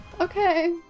Okay